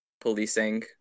policing